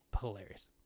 hilarious